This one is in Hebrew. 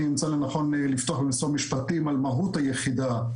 אני אמצא לנכון לפתוח במספר משפטים מהות היחידה,